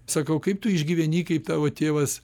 sakau kaip tu išgyveni kai tavo tėvas